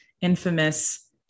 infamous